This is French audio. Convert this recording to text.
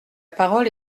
parole